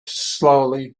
slowly